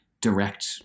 direct